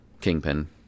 Kingpin